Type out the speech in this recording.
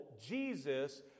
Jesus